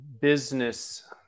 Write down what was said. business